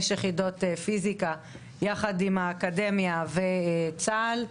יחידות פיזיקה ביחד עם האקדמיה וצה"ל,